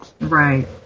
Right